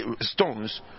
stones